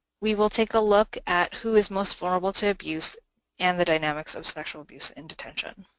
we will take a look at who is most vulnerable to abuse and the dynamics of sexual abuse in detention.